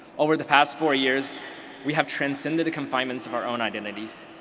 over the past four years we have transcended confinements of our own identities.